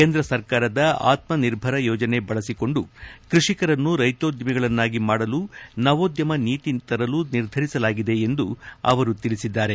ಕೇಂದ್ರ ಸರ್ಕಾರದ ಆತ್ಮನಿರ್ಭರ ಯೋಜನೆ ಬಳಸಿಕೊಂಡು ಕೃಷಿಕರನ್ನು ರೈತೋದ್ಯಮಿಗಳನ್ನಾಗಿ ಮಾಡಲು ನವೋದ್ಯಮ ನೀತಿ ತರಲು ನಿರ್ಧರಿಸಲಾಗಿದೆ ಎಂದು ತಿಳಿಸಿದ್ದಾರೆ